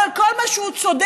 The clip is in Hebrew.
אבל כל מה שצודק